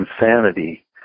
insanity